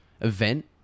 event